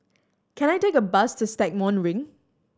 can I take a bus to Stagmont Ring